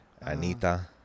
Anita